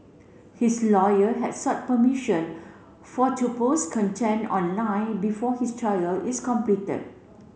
his lawyer had sought permission for to post content online before his trial is completed